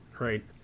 Right